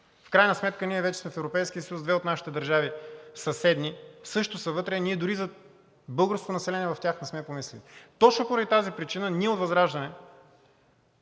В крайна сметка ние вече сме в Европейския съюз, две от нашите съседни държави също са вътре, а ние дори за българското население в тях не сме помислили. Точно поради тази причина ние от ВЪЗРАЖДАНЕ